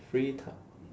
free ti~